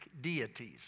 deities